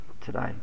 today